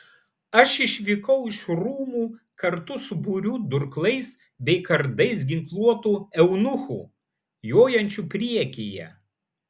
aš išvykau iš rūmų kartu su būriu durklais bei kardais ginkluotų eunuchų jojančių priekyje